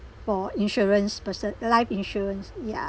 for insurance person life insurance yeah